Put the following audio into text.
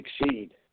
succeed